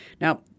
Now